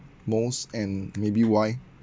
most and maybe why